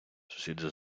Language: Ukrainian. сусіди